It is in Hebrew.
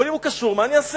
אבל אם הוא קשור, מה אני אעשה?